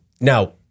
Now